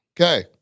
okay